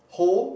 whole